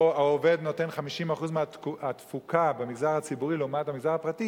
או העובד במגזר הציבורי נותן 50% מהתפוקה לעומת המגזר הפרטי